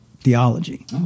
theology